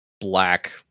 black